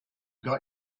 got